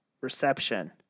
Reception